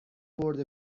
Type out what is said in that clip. برد